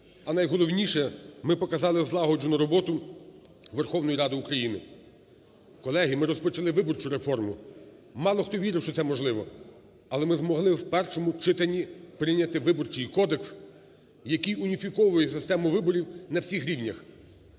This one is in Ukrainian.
а найголовніше – ми показали злагоджену роботу Верховної Ради України. Колеги, ми розпочали виборчу реформу. Мало хто вірив, що це можливо. Але ми змогли у першому читанні прийняти Виборчий кодекс, який уніфіковує систему виборів на всіх рівнях.